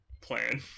plan